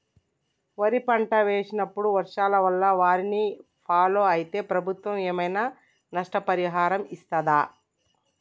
వరి పంట వేసినప్పుడు వర్షాల వల్ల వారిని ఫాలో అయితే ప్రభుత్వం ఏమైనా నష్టపరిహారం ఇస్తదా?